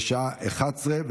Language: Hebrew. בשעה 11:00,